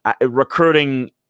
Recruiting